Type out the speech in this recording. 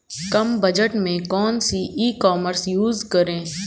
कम budget में कौन सी ई कॉमर्स यूज़ करें?